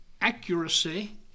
accuracy